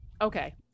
okay